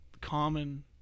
common